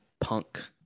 punk